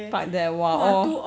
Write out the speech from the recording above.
park there !wah! all